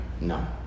No